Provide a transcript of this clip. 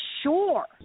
sure